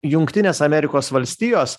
jungtinės amerikos valstijos